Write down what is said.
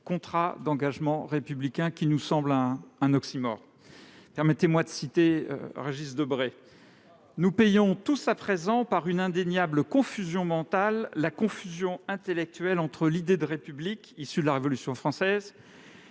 contrat d'engagement républicain, est à nos yeux un oxymore. Permettez-moi de citer Régis Debray :« Nous payons tous à présent, par une indéniable confusion mentale, la confusion intellectuelle entre l'idée de République issue de la Révolution française,